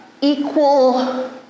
equal